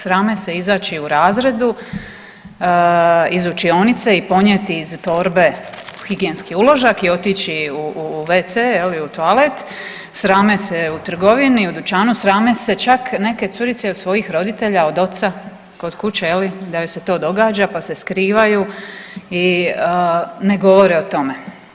Srame se izaći u razredu iz učionice i ponijeti iz torbe higijenski uložak i otići u WC je li u toalet, srame se u trgovini, u dućanu, srame se čak neke curice i od svojih roditelja, od oca kod kuće da joj se to događa pa se skrivaju i ne govore o tome.